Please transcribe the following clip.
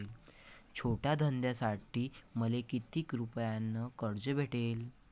छोट्या धंद्यासाठी मले कितीक रुपयानं कर्ज भेटन?